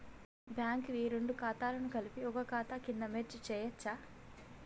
Bank వి రెండు ఖాతాలను కలిపి ఒక ఖాతా కింద మెర్జ్ చేయచ్చా?